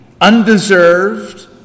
undeserved